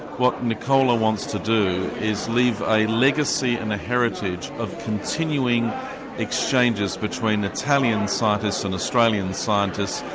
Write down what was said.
what nicola wants to do is leave a legacy and a heritage of continuing exchanges between italian scientists and australian scientists,